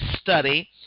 study